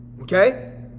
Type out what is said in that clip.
Okay